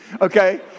Okay